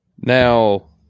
Now